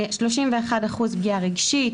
31% פגיעה רגשית,